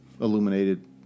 illuminated